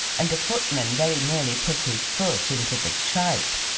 and a footman very nearly put his foot into the tripe.